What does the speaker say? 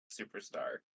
superstar